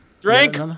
Drink